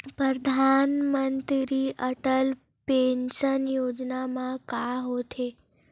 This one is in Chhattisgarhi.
परधानमंतरी अटल पेंशन योजना मा का होथे?